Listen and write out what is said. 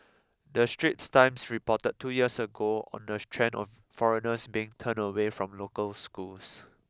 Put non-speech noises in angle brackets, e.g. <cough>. The Straits Times reported two years ago on the <noise> trend of foreigners bring turned away from local schools